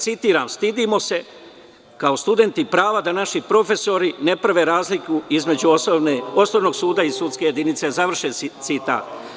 Citiram: „Stidimo se kao studenti prava da naši profesori ne prave razliku između osnovnog suda i sudske jedinice“, završen citat.